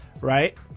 right